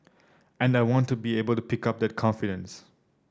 and I want to be able to pick up that confidence